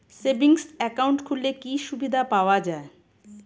Savings account খুললে কি সুবিধা পাওয়া যায়?